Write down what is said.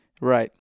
Right